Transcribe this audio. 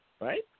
Right